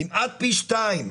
כמעט פי שניים.